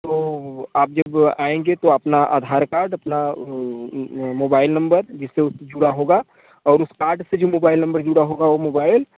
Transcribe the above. तो आप जब आएँगे तो अपना आधार कार्ड अपना मोबाइल नंबर जिससे उससे जुड़ा होगा और उस कार्ड से जो मोबाइल नंबर जुड़ा होगा वो मोबाइल